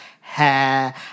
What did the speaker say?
hair